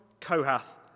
Kohath